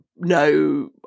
no